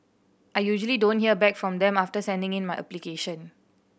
I usually don't hear back from them after sending in my application